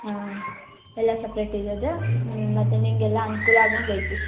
ಹಾಂ ಎಲ್ಲ ಸಪ್ರೇಟ್ ಇರೋದು ಹ್ಞೂ ಮತ್ತು ನಿನಗೆಲ್ಲ ಅನುಕೂಲ ಆಗುವಂಗ ಐತಿ